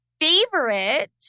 favorite